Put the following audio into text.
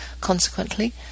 Consequently